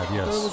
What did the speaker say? yes